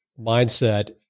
mindset